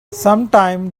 sometime